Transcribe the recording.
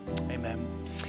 Amen